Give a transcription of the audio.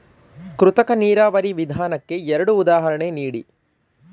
ಕೃತಕ ನೀರಾವರಿ ವಿಧಾನಕ್ಕೆ ಎರಡು ಉದಾಹರಣೆ ನೀಡಿ?